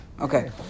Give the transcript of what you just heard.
Okay